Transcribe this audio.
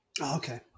Okay